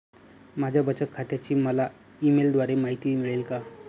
माझ्या बचत खात्याची मला ई मेलद्वारे माहिती मिळेल का?